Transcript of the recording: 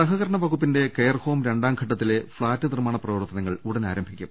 സഹകരണ വകുപ്പിന്റെ കെയർഹോം രണ്ടാംഘട്ടത്തിലെ ഫ്ളാറ്റ് നിർമാണ പ്രവർത്തനങ്ങൾ ഉടൻ ആരംഭിക്കും